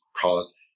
cause